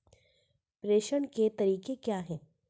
प्रेषण के तरीके क्या हैं?